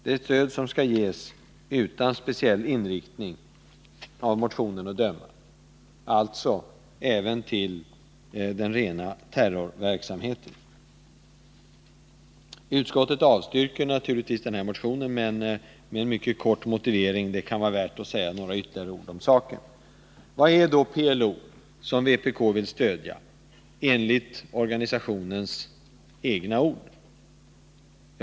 Det stöd som skall ges skall, av motionen att döma, inte ha någon speciell inriktning och kan alltså även gå till den rena Nr 132 Utskottet avstyrker naturligtvis denna motion, men med en mycket kort motivering, och det kan vara värt att säga några ytterligare ord om Vad är då PLO, som vpk vill stödja, enligt organisationens egna ord?